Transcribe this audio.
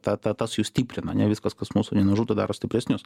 ta ta tas jus stiprina ane viskas kas mūsų nenužudo daro stipresnius